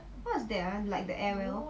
what's that ah like the airwheel